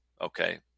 okay